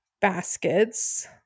baskets